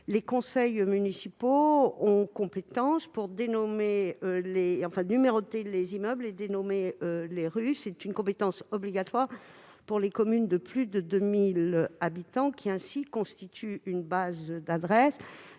les conseils municipaux ont compétence pour numéroter les immeubles et dénommer les rues ; c'est une compétence obligatoire pour les communes de plus de 2 000 habitants, qui constituent ainsi une base d'adresses.